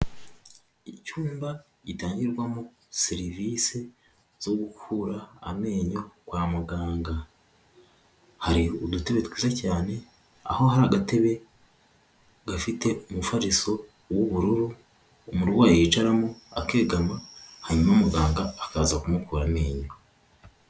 Icyumba gitangirwamo serivisi zo gukura amenyo kwa muganga, hari udutebe twiza cyane aho hari agatebe gafite umufarizo w'ubururu, umurwayi yicaramo akegama hanyuma muganga akaza kumukura amenyo.